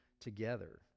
together